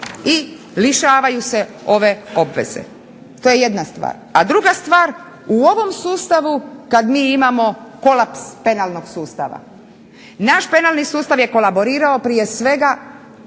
i lišavaju se ove obveze. To je jedna stvar. A druga stvar u ovom sustavu kada mi imamo kolaps penalnog sustava. Naš penalni sustav je kolaborirao prije svega